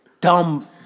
Dumb